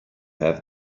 have